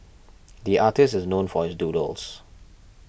the artist is known for his doodles